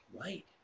Right